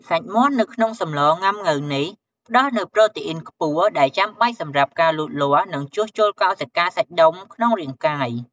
សាច់មាន់នៅក្នុងសម្លងុាំង៉ូវនេះ ផ្តល់នូវប្រូតេអ៊ុីនខ្ពស់ ដែលចាំបាច់សម្រាប់ការលូតលាស់ និងជួសជុលកោសិកា សាច់ដុំក្នុងរាងកាយ។